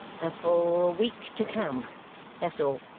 and for a week to come that's all